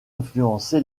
influencé